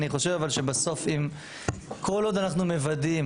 אבל אני חושב שכל עוד אנחנו מוודאים